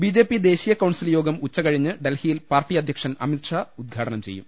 BJP ദേശീയകൌൺസിൽ യോഗം ഉച്ചകഴിഞ്ഞ് ഡൽഹി യിൽ പാർട്ടി അധ്യക്ഷൻ അമിത്ഷാ ഉദ്ഘാടനം ചെയ്യും